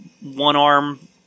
one-arm